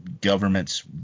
government's